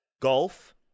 golf